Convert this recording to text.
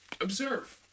Observe